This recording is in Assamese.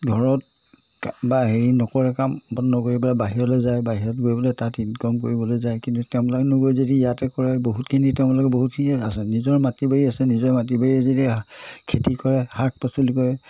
ঘৰত বা হেৰি নকৰে কাম বন নকৰি পেলায় বাহিৰলৈ যায় বাহিৰত গৈ পেলাই তাত ইনকম কৰিবলৈ যায় কিন্তু তেওঁলোকে নগৈ যদি ইয়াতে কৰে বহুতখিনি তেওঁলোকে বহুতখিনি আছে নিজৰ মাটি বাৰী আছে নিজৰ মাটি বাৰীয়ে যদি খেতি কৰে শাক পাচলি কৰে